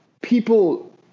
people